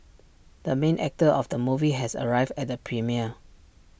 the main actor of the movie has arrived at the premiere